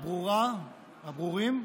הברורים.